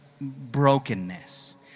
brokenness